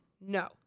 No